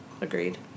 Agreed